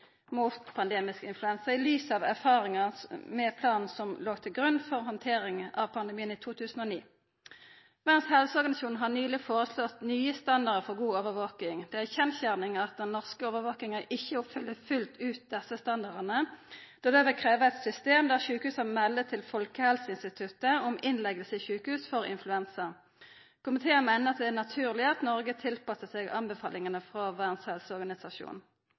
mot pandemisk influensa i lys av erfaringane med planen som låg til grunn for handteringa av pandemien i 2009. Verdas helseorganisasjon har nyleg foreslått nye standardar for god overvaking. Det er ei kjensgjerning at den norske overvakinga ikkje oppfyller fullt ut desse standardane, då det vil krevja eit system der sjukehusa melder til Folkehelseinstituttet om innleggingar i sjukehus for influensa. Komiteen meiner det er naturleg at Noreg tilpassar seg anbefalingane frå